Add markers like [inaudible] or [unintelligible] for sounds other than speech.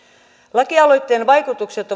lakialoitteen vaikutukset [unintelligible]